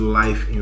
life